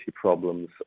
problems